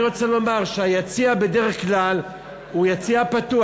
אני רוצה לומר שהיציע בדרך כלל הוא יציע פתוח,